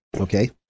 Okay